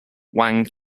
wang